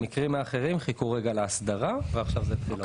המקרים האחרים חיכו להסדרה ועכשיו זה פתוח.